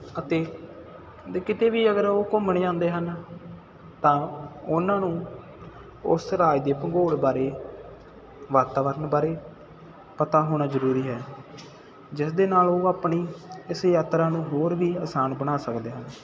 ਅਤੇ ਕਿਤੇ ਵੀ ਅਗਰ ਉਹ ਘੁੰਮਣ ਜਾਂਦੇ ਹਨ ਤਾਂ ਉਹਨਾਂ ਨੂੰ ਉਸ ਰਾਜ ਦੇ ਭੂਗੋਲ ਬਾਰੇ ਵਾਤਾਵਰਨ ਬਾਰੇ ਪਤਾ ਹੋਣਾ ਜ਼ਰੂਰੀ ਹੈ ਜਿਸ ਦੇ ਨਾਲ ਉਹ ਆਪਣੀ ਇਸ ਯਾਤਰਾ ਨੂੰ ਹੋਰ ਵੀ ਆਸਾਨ ਬਣਾ ਸਕਦੇ ਹਨ